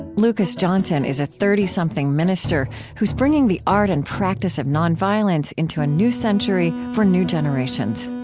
lucas johnson is a thirty something minister who is bringing the art and practice of nonviolence into a new century, for new generations.